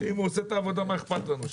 אם הוא עושה את העבודה, מה אכפת לנו?